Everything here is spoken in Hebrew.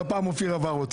והפעם אופיר עבר אותי.